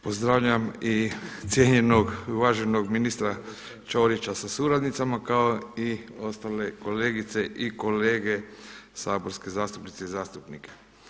Pozdravljam i cijenjenog i uvaženog ministra Ćorića sa suradnicima kao i ostale kolegice i kolege saborske zastupnice i zastupnike.